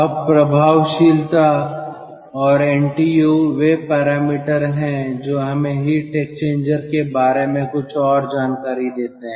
अब प्रभावशीलता और NTU वे पैरामीटर हैं जो हमें हीट एक्सचेंजर के बारे में कुछ और जानकारी देते हैं